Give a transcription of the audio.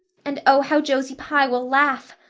and oh, how josie pye will laugh!